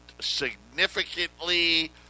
significantly